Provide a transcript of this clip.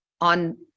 on